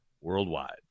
worldwide